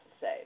say